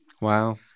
Wow